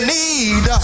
need